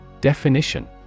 Definition